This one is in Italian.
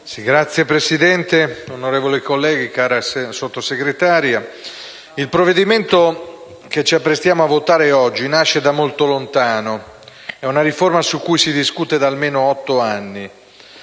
Signora Presidente, onorevoli colleghi, cara Sottosegretaria, il provvedimento che ci apprestiamo a votare oggi nasce da molto lontano. È una riforma su cui si discute da almeno otto anni